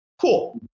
Cool